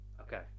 Okay